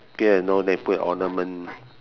pierce your nose then you put an ornament